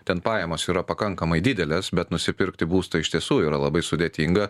ten pajamos yra pakankamai didelės bet nusipirkti būstą iš tiesų yra labai sudėtinga